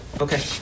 Okay